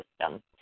system